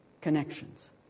connections